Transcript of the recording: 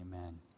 amen